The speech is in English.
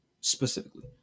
specifically